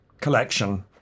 collection